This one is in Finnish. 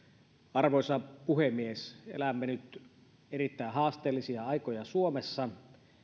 arvoisa puhemies elämme nyt erittäin haasteellisia aikoja suomessa